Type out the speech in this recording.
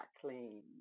clean